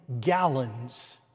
gallons